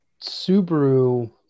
Subaru